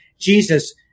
Jesus